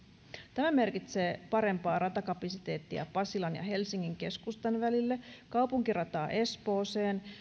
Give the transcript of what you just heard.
tämä merkitsee parempaa ratakapasiteettia pasilan ja helsingin keskustan välille kaupunkirataa espooseen